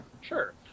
Sure